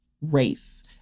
race